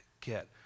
get